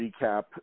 recap